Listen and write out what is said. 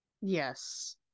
yes